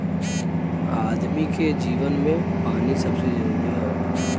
आदमी के जीवन मे पानी सबसे जरूरी हौ